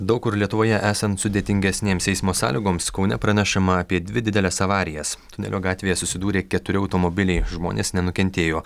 daug kur lietuvoje esant sudėtingesnėms eismo sąlygoms kaune pranešama apie dvi dideles avarijas tunelio gatvėje susidūrė keturi automobiliai žmonės nenukentėjo